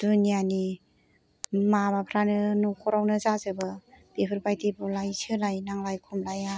दुनियानि माबाफ्रानो न'खरावनो जाजोबो बेफोरबादि बुलाय सोलाय नांलाय खमलाया